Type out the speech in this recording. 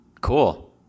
Cool